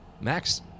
Max